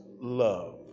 love